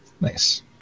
Nice